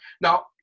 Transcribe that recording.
Now